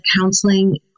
counseling